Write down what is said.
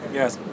yes